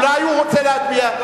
אולי הוא רוצה להביע,